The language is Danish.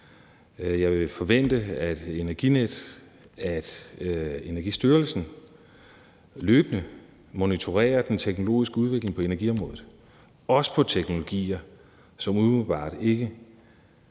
Jeg vil forvente, at Energinet og Energistyrelsen løbende monitorerer den teknologiske udvikling på energiområdet, også i forhold til teknologier, som ikke umiddelbart